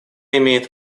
имеет